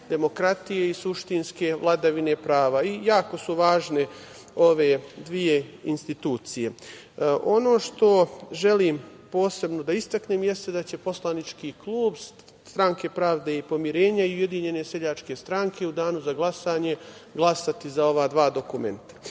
demokratije i suštinske vladavine prava i jako su važne ove dve institucije. Ono što želim posebno da istaknem jeste da će poslanički klub stranke Pravde i pomirenja i Ujedinjene seljačke stranke u danu za glasanje glasati za ova dva dokumenta. Ono